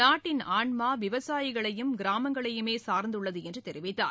நாட்டின் ஆன்மா விவசாயிகளையும் கிராமங்களையுமே சார்ந்துள்ளது என்று தெரிவித்தார்